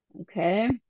Okay